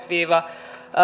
viiva